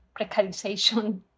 precarization